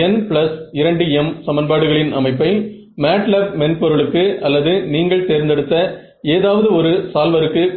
என்னுடைய மேட்சிங் நெட்வொர்க்கை